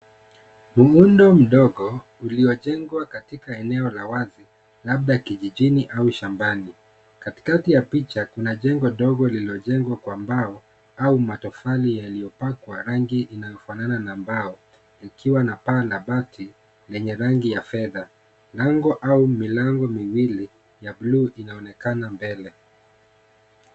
Muundo mdogo uliojengwa katika eneo la wazi labda kijijini au shambani katikati ya picha kuna jengo lililo jengwa kwa mbao au matofali yaliyopakwa rangi inayofanana na mbaol ikiwa na paa la bati lililo na rangi ya fedha lango au milango miwili ya bluu inaonekana mbele.